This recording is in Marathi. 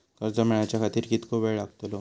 कर्ज मेलाच्या खातिर कीतको वेळ लागतलो?